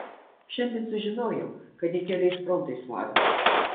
šiandien sužinojau kad ji keliais frontais varo